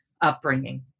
upbringing